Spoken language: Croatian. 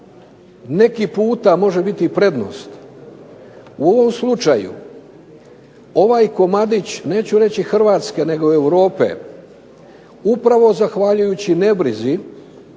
neki puta može biti i prednost. U ovom slučaju ovaj komadić neću reći Hrvatske nego Europe upravo zahvaljujući nebrizi